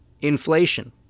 inflation